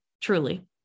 truly